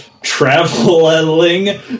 traveling